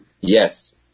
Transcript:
Yes